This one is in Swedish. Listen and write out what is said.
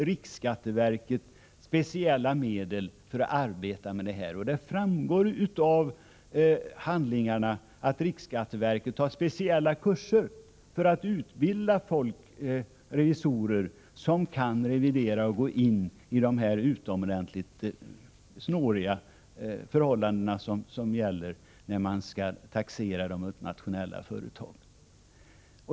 Riksskatteverket har fått speciella medel för att arbeta med frågan. Det framgår av handlingarna att riksskatteverket har speciella kurser för att utbilda revisorer som kan gå in i de utomordentligt snåriga förhållanden som råder när man skall taxera de multinationella företagen.